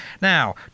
Now